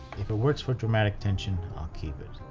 if it works for dramatic tension, i'll keep it.